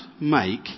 make